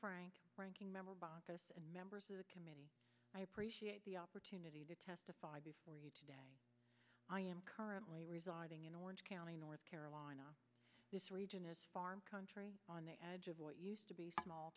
chairman ranking member baucus and members of the committee i appreciate the opportunity to testify before you today i am currently residing in orange county north carolina this region is farm country on the edge of what used to be a small